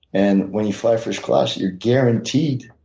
and when you fly first class, you're guaranteed